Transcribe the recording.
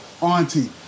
Auntie